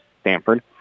Stanford